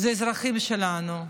זה אזרחים שלנו.